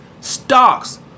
Stocks